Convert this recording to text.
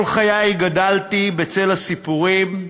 כל חיי גדלתי בצל הסיפורים,